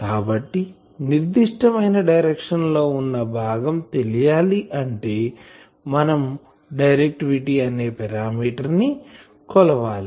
కాబట్టి నిర్దిష్టమైన డైరెక్షన్ లో ఉన్న భాగం తెలియాలి అంటే మనం డైరెక్టివిటీ అనే పారామీటర్ ని కొలవాలి